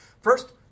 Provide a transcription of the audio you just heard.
First